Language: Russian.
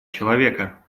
человека